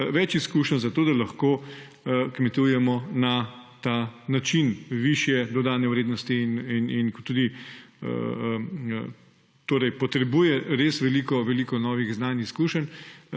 več izkušenj za to, da lahko kmetujemo na ta način: višje dodane vrednosti in tudi… Torej potrebuje res veliko, veliko novih znanj, izkušenj,